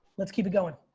let's keep it going.